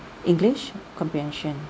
english comprehension